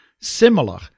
similar